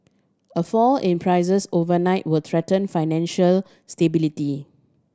a fall in prices overnight will threaten financial stability